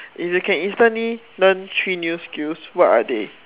if you can instantly learn three new skills what are they